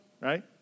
right